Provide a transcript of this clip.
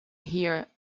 here